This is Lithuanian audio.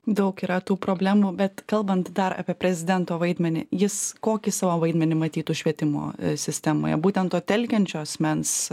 daug yra tų problemų bet kalbant dar apie prezidento vaidmenį jis kokį savo vaidmenį matytų švietimo sistemoje būtent to telkiančio asmens